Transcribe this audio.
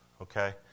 okay